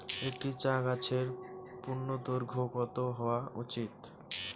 একটি চা গাছের পূর্ণদৈর্ঘ্য কত হওয়া উচিৎ?